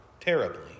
terribly